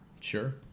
Sure